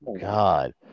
God